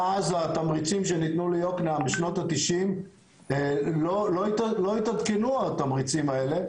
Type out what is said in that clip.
מאז התמריצים שניתנו ליוקנעם בשנות ה-90 לא התעדכנו התמריצים האלה,